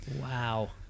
Wow